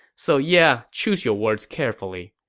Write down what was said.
so yeah, choose your words carefully.